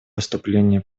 выступления